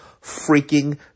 freaking